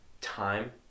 time